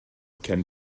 can